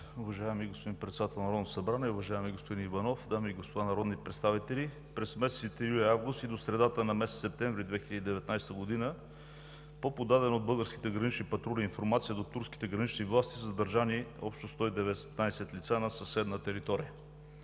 Уважаеми господин Председател на Народното събрание, уважаеми господин Иванов, дами и господа народни представители! През месеците юли и август и до средата на месец септември 2019 г. по подадена от българските гранични патрули информация до турските гранични власти са задържани общо 119 лица на съседна територия.